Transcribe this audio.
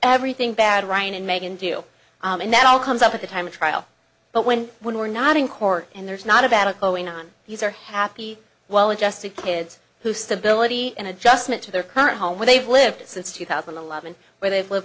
everything bad ryan and megan do and that all comes up at the time of trial but when we're not in court and there's not a battle owing on these are happy well adjusted kids who stability and adjustment to their current home where they've lived since two thousand and eleven where they've lived